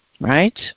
right